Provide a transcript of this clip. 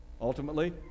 Ultimately